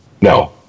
No